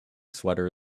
sweater